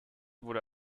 wurde